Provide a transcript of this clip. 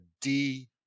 D-